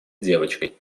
девочкой